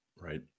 Right